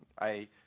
i